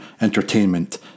entertainment